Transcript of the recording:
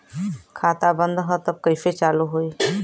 खाता बंद ह तब कईसे चालू होई?